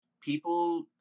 People